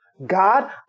God